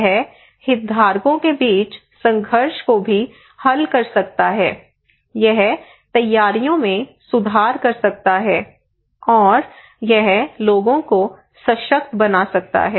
यह हितधारकों के बीच संघर्ष को भी हल कर सकता है यह तैयारियों में सुधार कर सकता है और यह लोगों को सशक्त बना सकता है